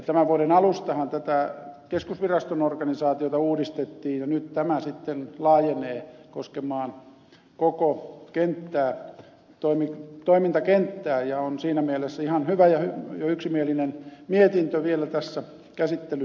tämän vuoden alustahan tätä keskusviraston organisaatiota uudistettiin ja nyt tämä sitten laajenee koskemaan koko toimintakenttää ja on siinä mielessä ihan hyvä ja yksimielinen mietintö on vielä tässä käsittelyn pohjana